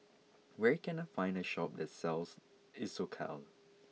where can I find a shop that sells Isocal